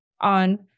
on